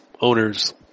owners